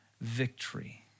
victory